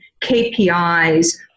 KPIs